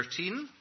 13